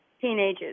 teenagers